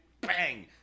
bang